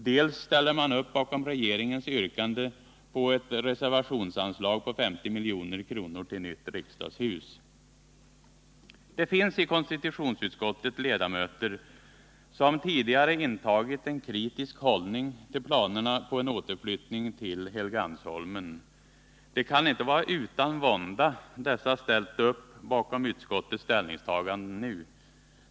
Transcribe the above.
Dels ställer man upp bakom regeringens yrkande om ett reservationsanslag på 50 milj.kr. till nytt riksdagshus. Det finns i konstitutionsutskottet ledamöter som tidigare intagit en kritisk hållning till planerna på en återflyttning till Helgeandsholmen. Det kan inte vara utan vånda dessa ställt upp bakom utskottets ställningstagande nu.